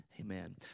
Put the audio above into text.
Amen